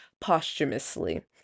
posthumously